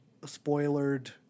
spoilered